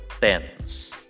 tense